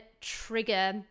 trigger